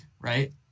right